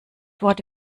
worte